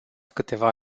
câteva